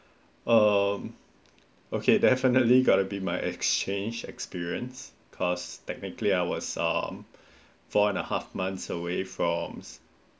um ok definitely gonna be my exchange experience cause technically I was um four and a half month away from